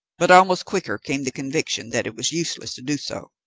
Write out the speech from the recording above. but almost quicker came the conviction that it was useless to do so.